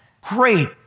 great